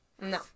No